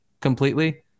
completely